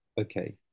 Okay